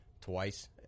twice